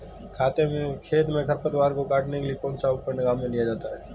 खेत में खरपतवार को काटने के लिए कौनसा उपकरण काम में लिया जाता है?